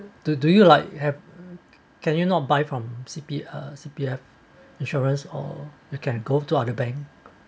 do you like have can you not buy from C_P~ uh C_P_F insurance or you can go to other bank